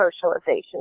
socialization